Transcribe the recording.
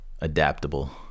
Adaptable